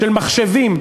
של מחשבים,